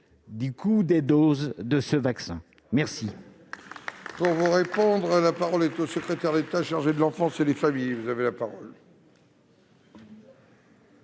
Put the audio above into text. du coût des doses de ce vaccin ?